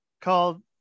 called